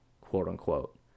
quote-unquote